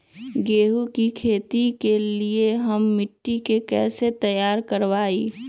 गेंहू की खेती के लिए हम मिट्टी के कैसे तैयार करवाई?